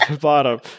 bottom